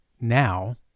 now